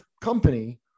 company